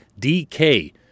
DK